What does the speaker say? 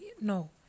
No